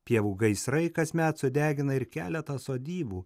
pievų gaisrai kasmet sudegina ir keletą sodybų